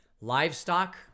livestock